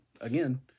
again